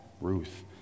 Ruth